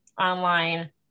online